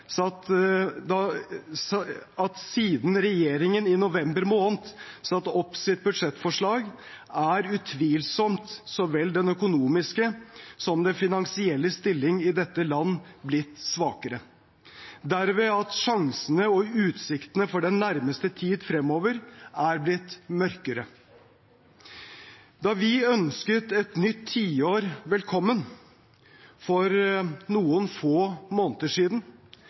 sa han følgende: «Jeg tror dog det kan være nokså nyttig å minne om, at siden regjeringen i november måned satte opp sitt budgettforslag er utvilsomt så vel den økonomiske som den finansielle stilling i dette land blitt svakere derved at chansene og utsiktene for den nærmeste tid fremover er blitt mørkere.» Da vi ønsket et nytt tiår velkommen for noen få